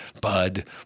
Bud